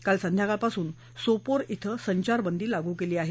काल संध्याकाळपासून सोपोर धिं संचारबदी लागू केली आहे